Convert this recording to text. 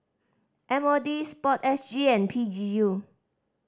M O D Sport S G and P G U